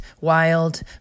wild